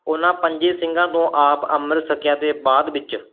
ਉਨ੍ਹਾਂ ਪੰਜ ਸਿੰਘਾਂ ਤੋਂ ਆਪ ਅੰਮ੍ਰਿਤ ਛਕਿਆ ਅਤੇ ਬਾਅਦ ਵਿੱਚ